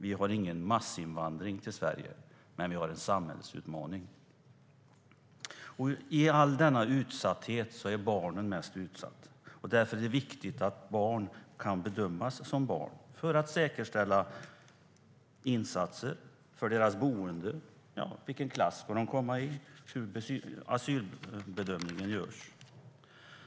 Vi har ingen massinvandring till Sverige, men vi har en samhällsutmaning. I all denna utsatthet är barnen mest utsatta. Därför är det viktigt att barn kan bedömas som barn för att säkerställa insatser för deras boende, vilken klass de ska gå i och hur asylbedömningen görs.